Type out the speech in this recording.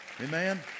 Amen